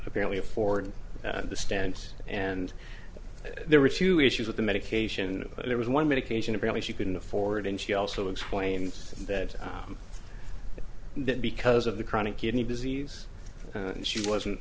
apparently afford the stance and there were a few issues with the medication there was one medication apparently she couldn't afford and she also explains that that because of the chronic kidney disease she wasn't